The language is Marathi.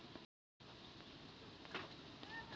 भात हे कोणत्या प्रकारचे पीक आहे? भाताच्या जाती किती व कोणत्या?